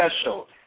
special